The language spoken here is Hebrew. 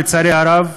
לצערי הרב,